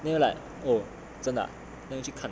then like oh 真的 ah then 去看